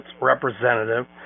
representative